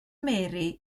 mary